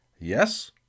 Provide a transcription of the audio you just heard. Yes